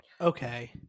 okay